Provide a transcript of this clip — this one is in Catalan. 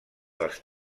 dels